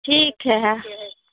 ठीक हइ